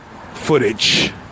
footage